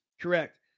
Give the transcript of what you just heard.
Correct